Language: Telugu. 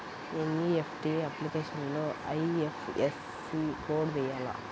ఎన్.ఈ.ఎఫ్.టీ అప్లికేషన్లో ఐ.ఎఫ్.ఎస్.సి కోడ్ వేయాలా?